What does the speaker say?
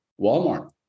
Walmart